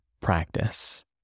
practice